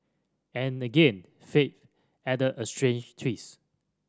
and again fate added a strange twist